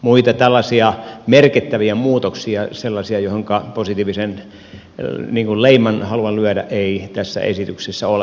muita tällaisia merkittäviä muutoksia sellaisia johonka positiivisen leiman haluan lyödä ei tässä esityksessä ole